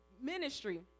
ministry